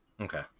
okay